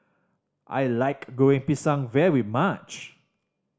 I like Goreng Pisang very much